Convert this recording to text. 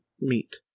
meet